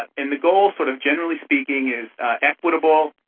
and the goal sort of generally speaking is equitable,